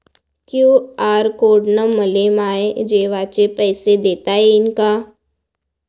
QR code न मले माये जेवाचे पैसे देता येईन का?